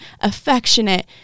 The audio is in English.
affectionate